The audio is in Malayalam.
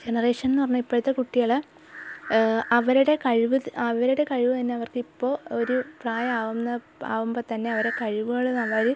ജനറേഷൻ എന്നു പറഞ്ഞാൽ ഇപ്പോഴത്തെ കുട്ടികൾ അവരുടെ കഴിവ് അവരുടെ കഴിവ് തന്നെ അവർക്കിപ്പോൾ ഒരു പ്രായമാവുന്ന ഇപ്പം ആകുമ്പോൾ തന്നെ അവരെ കഴിവുകൾ അവർ